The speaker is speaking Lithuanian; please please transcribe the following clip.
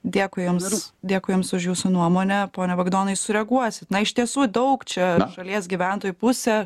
dėkui jums dėkui jums už jūsų nuomonę pone bogdanai sureaguosit na iš tiesų daug čia šalies gyventojų pusė